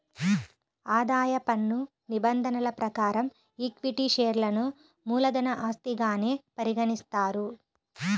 ఆదాయ పన్ను నిబంధనల ప్రకారం ఈక్విటీ షేర్లను మూలధన ఆస్తిగానే పరిగణిస్తారు